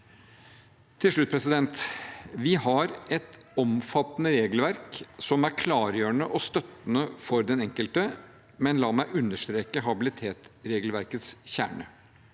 Til slutt: Vi har et omfattende regelverk som er klargjørende og støttende for den enkelte, men la meg understreke habilitetsregelverkets kjerne.